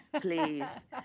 please